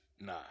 Nah